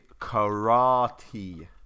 karate